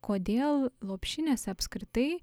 kodėl lopšinėse apskritai